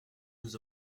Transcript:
nous